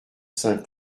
saint